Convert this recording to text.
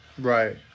Right